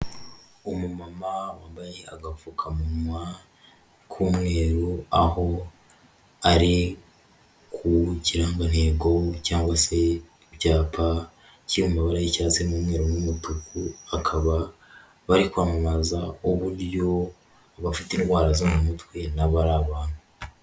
Umumama wambaye agafukamunwa k'umweru, aho ari ku kirangantego cyangwa se ibyapa, kiri mu mabara y'icyatsi n'umweru n'umutuku, akaba bari kwamamaza uburyo abafite indwara zo mu mutwe nabo ari abantu.